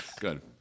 Good